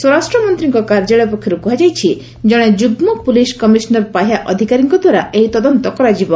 ସ୍ୱରାଷ୍ଟ୍ର ମନ୍ତ୍ରୀଙ୍କ କାର୍ଯ୍ୟାଳୟ ପକ୍ଷରୁ କୁହାଯାଇଛି କଣେ ଯୁଗ୍ଲ ପୁଲିସ୍ କମିଶନର୍ ପାହ୍ୟା ଅଧିକାରୀଙ୍କଦ୍ୱାରା ଏହି ତଦନ୍ତ କରାଯିବ